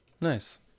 Nice